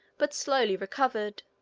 but slowly recovered